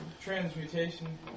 Transmutation